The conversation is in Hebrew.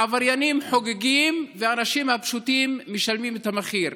העבריינים חוגגים והאנשים הפשוטים משלמים את המחיר.